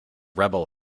rebel